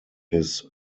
his